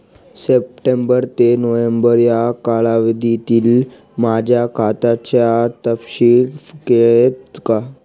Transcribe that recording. September ते November या कालावधीतील माझ्या खात्याचा तपशील कळेल का?